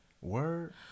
Word